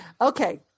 Okay